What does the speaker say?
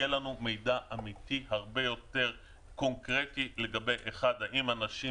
יהיה לנו מידע אמיתי ויותר קונקרטי לגבי האם אנשים